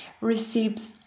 receives